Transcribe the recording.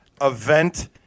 event